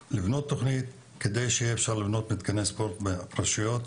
שיהיה אפשר לבנות תוכנית לבניית מתקני ספורט ברשויות,